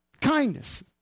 kindness